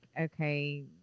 okay